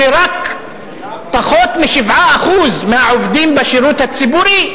שרק פחות מ-7% מהעובדים בשירות הציבורי,